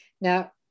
Now